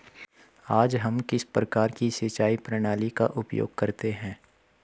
आज हम किस प्रकार की सिंचाई प्रणाली का उपयोग करते हैं?